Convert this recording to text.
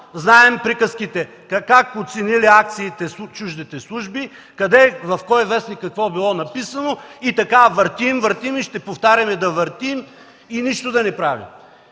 Знаем приказките – как оценили акциите чуждите служби, къде, в кой вестник какво било написано. И така въртим, въртим, ще повтаряме да въртим и нищо да не правим.